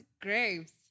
grapes